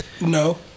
No